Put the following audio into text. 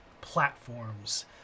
platforms